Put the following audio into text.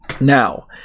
Now